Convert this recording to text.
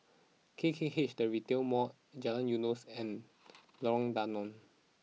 K K H The Retail Mall Jalan Eunos and Lorong Danau